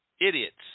Idiots